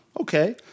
okay